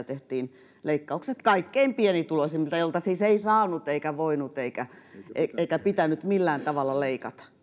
tehtiin leikkaukset kaikkein pienituloisimmilta joilta siis ei saanut eikä voinut eikä pitänyt millään tavalla leikata